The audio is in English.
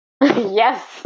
Yes